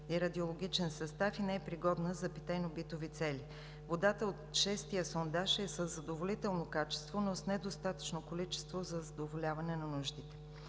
и радиологичен състав и не е пригодна за питейно-битови цели. Водата от шестия сондаж е със задоволително качество, но с недостатъчно количество за задоволяване на нуждите.